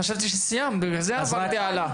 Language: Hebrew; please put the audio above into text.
חשבתי שסיימת, בגלל זה עברנו הלאה.